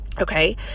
Okay